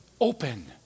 open